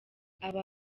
aba